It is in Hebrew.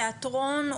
תיאטרון,